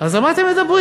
אז על מה אתם מדברים?